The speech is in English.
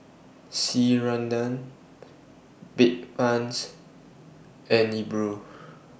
Ceradan Bedpans and Nepro